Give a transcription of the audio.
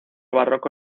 barroco